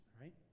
right